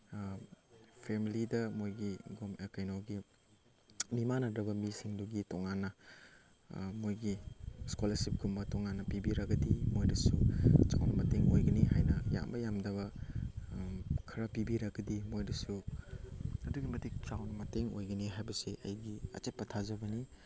ꯐꯦꯃꯤꯂꯤꯗ ꯃꯣꯏꯒꯤ ꯀꯩꯅꯣꯒꯤ ꯃꯤꯃꯥꯟꯅꯗ꯭ꯔꯕ ꯃꯤꯁꯤꯡꯗꯨꯒꯤ ꯇꯣꯉꯥꯟꯅ ꯃꯣꯏꯒꯤ ꯏꯁꯀꯣꯂꯥꯔꯁꯤꯞꯀꯨꯝꯕ ꯇꯣꯉꯥꯟꯅ ꯄꯤꯕꯤꯔꯒꯗꯤ ꯃꯣꯏꯗꯁꯨ ꯆꯥꯎꯅ ꯃꯇꯦꯡ ꯑꯣꯏꯒꯅꯤ ꯍꯥꯏꯅ ꯌꯥꯝꯕ ꯌꯥꯝꯗꯕ ꯈꯔ ꯄꯤꯕꯤꯔꯒꯗꯤ ꯃꯣꯏꯗꯁꯨ ꯑꯗꯨꯛꯀꯤ ꯃꯇꯤꯛ ꯆꯥꯎꯅ ꯃꯇꯦꯡ ꯑꯣꯏꯒꯅꯤ ꯍꯥꯏꯕꯁꯤ ꯑꯩꯒꯤ ꯑꯆꯦꯠꯄ ꯊꯥꯖꯕꯅꯤ